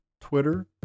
Twitter